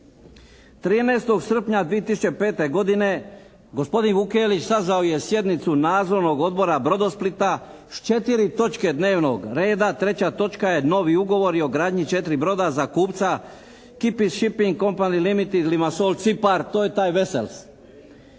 13. srpnja 2005. godine gospodin Vukelić sazvao je sjednicu Nadzornog odbora Brodosplita s 4 točke dnevnog reda. Treća točka je novi ugovori o gradnju 4 broda za kupca … /Govornik govori stranim jezikom, ne razumije se./ …, Limasol, Cipar, to je taj "Vesels".